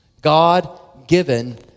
God-given